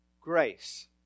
grace